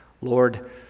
Lord